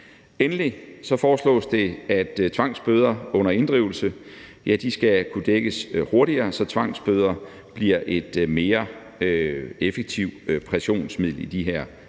Endelig foreslås det, at tvangsbøder under inddrivelse skal kunne dækkes hurtigere, så tvangsbøder bliver et mere effektivt pressionsmiddel i de situationer,